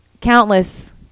countless